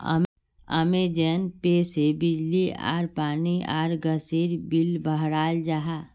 Amazon Pay से बिजली आर पानी आर गसेर बिल बहराल जाहा